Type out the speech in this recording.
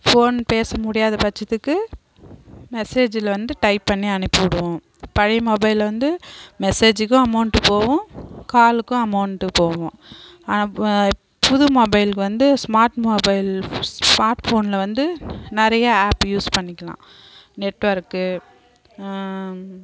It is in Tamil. ஃபோன் பேச முடியாத பட்சத்துக்கு மெசேஜில் வந்து டைப் பண்ணி அனுப்பி விடுவோம் பழைய மொபைலில் வந்து மெசேஜிக்கும் அமௌண்ட்டு போகும் காலுக்கும் அமௌண்ட்டு போகும் ஆனால் பா இப் புது மொபைல்க்கு வந்து ஸ்மார்ட் மொபைல் ஃப் ஸ் ஸ்மார்ட் ஃபோனில் வந்து நிறைய ஆப் யூஸ் பண்ணிக்கலாம் நெட்ஒர்க்கு